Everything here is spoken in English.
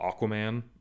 aquaman